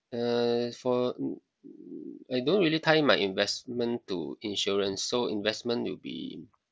uh for mm I don't really tie my investment to insurance so investment will be